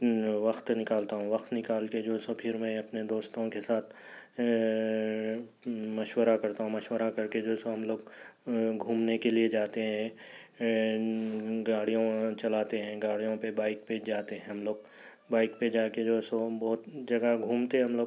وقت نکالتا ہوں وقت نکال کے جو سو پھر میں اپنے دوستوں کے ساتھ مشورہ کرتا ہوں مشورہ کر کے جو سو ہم لوگ گھومنے کے لیے جاتے ہیں گاڑیوں چلاتے ہیں گاڑیوں پہ بائک پہ جاتے ہیں ہم لوگ بائک پہ جا کے جو سو ہم بہت جگہ گھومتے ہیں ہم لوگ